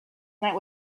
night